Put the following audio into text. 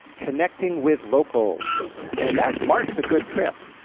connecting with locals. and that marks a good trip.